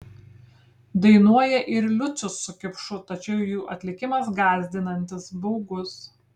dainuoja ir liucius su kipšu tačiau jų atlikimas gąsdinantis baugus